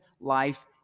life